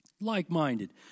Like-minded